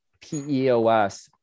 PEOS